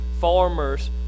farmers